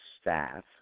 staff